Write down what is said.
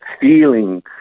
feeling